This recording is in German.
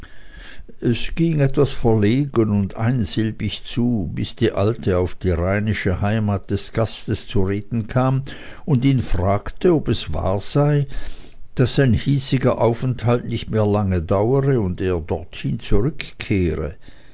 es ging etwas verlegen und einsilbig zu bis die alte auf die rheinische heimat des gastes zu reden kam und ihn fragte ob es wahr sei daß sein hiesiger aufenthalt nicht mehr lange dauere und er dorthin zurückkehre